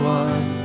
one